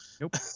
nope